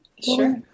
sure